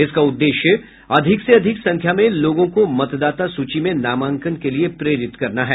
इसका उद्देश्य अधिक से अधिक संख्या में लोगों को मतदाता सूची में नामांकन के लिए प्रेरित करना है